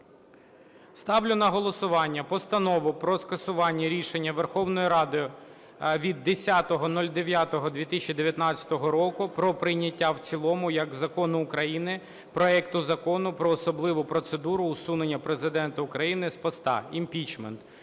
розданий проект Постанови про скасування рішення Верховної Ради України від 10.09.2019 року про прийняття в цілому як закону України проекту Закону про особливу процедуру усунення Президента України з посади (про імпічмент)